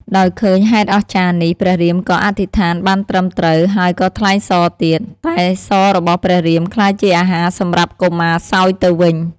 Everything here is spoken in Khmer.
ដោយឃើញហេតុអស្ចារ្យនេះ ព្រះរាមក៏អធិដ្ឋានបានត្រឹមត្រូវហើយក៏ថ្លែងសរទៀត តែសររបស់ព្រះរាមក្លាយជាអាហារសម្រាប់កុមារសោយទៅវិញ។